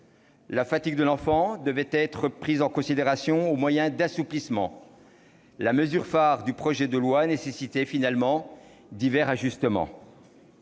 La fatigue de l'enfant devait être prise en considération au moyen d'assouplissements. La mesure phare du projet de loi nécessitait finalement divers ajustements.